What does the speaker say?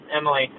Emily